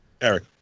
Eric